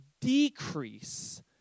decrease